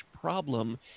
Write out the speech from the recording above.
problem